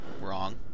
wrong